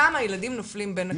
שם הילדים נופלים בין הכיסאות.